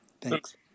Thanks